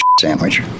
sandwich